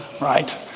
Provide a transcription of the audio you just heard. Right